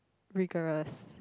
rigorous